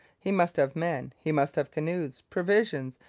he must have men he must have canoes, provisions,